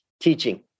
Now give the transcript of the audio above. teaching